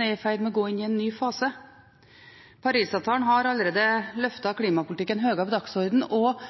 i ferd med å gå inn i en ny fase. Paris-avtalen har allerede løftet klimapolitikken høyere på dagsordenen, og